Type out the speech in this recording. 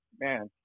Man